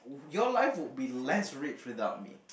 your life would be less red without me